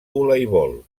voleibol